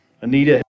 Anita